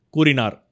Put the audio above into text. Kurinar